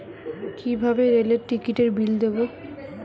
কিভাবে রেলের টিকিটের বিল দেবো?